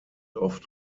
oft